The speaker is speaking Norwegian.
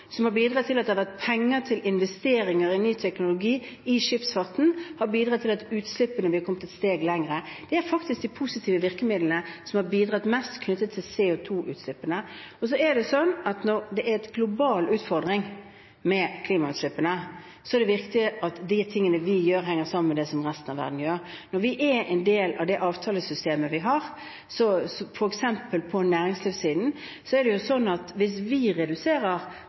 som har bidratt til at det har vært penger til investeringer i ny teknologi i skipsfarten, har medvirket til at arbeidet med utslippene har kommet et steg lenger. Det er faktisk de positive virkemidlene som har bidratt mest knyttet til CO2-utslippene. Når det er en global utfordring med klimautslippene, er det viktig at de tingene vi gjør, henger sammen med det resten av verden gjør. Når vi er en del av det avtalesystemet vi har, f.eks. på næringslivssiden, er det sånn at hvis vi reduserer